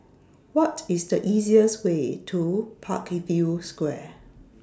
What IS The easiest Way to Parkview Square